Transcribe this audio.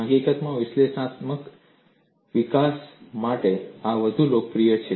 હકીકતમાં વિશ્લેષણાત્મક વિકાસ માટે આ વધુ લોકપ્રિય છે